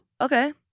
Okay